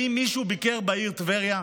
האם מישהו ביקר בעיר טבריה?